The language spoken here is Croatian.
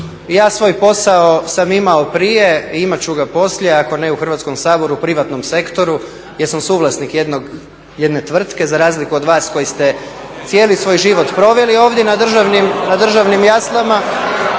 ja svoj posao sam imao prije i imat ću ga poslije, ako ne u Hrvatskom saboru, privatnom sektoru jer sam suvlasnik jedne tvrtke za razliku od vas koji ste cijeli svoj život proveli ovdje na državnim jaslama,